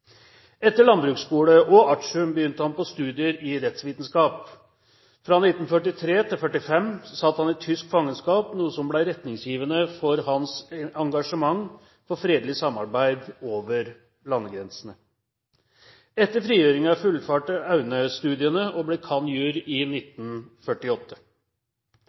Etter landbruksskole og artium begynte han på studier i rettsvitenskap. Fra 1943 til 1945 satt han i tysk fangenskap, noe som ble retningsgivende for hans engasjement for fredelig samarbeid over landegrensene. Etter frigjøringen fullførte Aune studiene og ble cand.jur. i 1948.